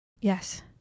Yes